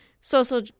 social